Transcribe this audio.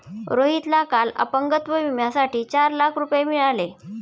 रोहितला काल अपंगत्व विम्यासाठी चार लाख रुपये मिळाले